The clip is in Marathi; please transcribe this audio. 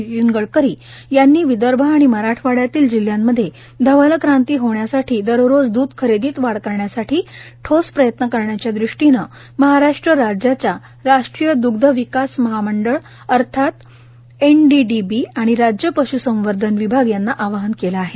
नितीन गडकरी यांनी विदर्भ आणि मराठवाड्यातील जिल्ह्यांमध्ये पांढरी क्रांती होण्यासाठी दररोज दूध खरेदीत वाढ करण्यासाठी ठोस प्रयत्न करण्यासाठी महाराष्ट्र राज्याच्या राष्ट्रीय द्ग्ध विकास मंडळाने एनडीडीबी आणि पश्संवर्धन विभाग एएचडी यांना आवाहन केले आहे